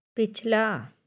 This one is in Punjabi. ਪਿਛਲਾ